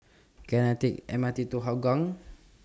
Can I Take The M R T to Hougang